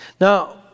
Now